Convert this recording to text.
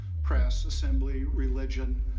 press assembly, religion,